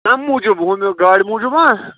کمہِ موٗجوٗب ہُمہِ گاڑِ موٗجوٗب ہا